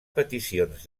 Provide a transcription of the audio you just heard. peticions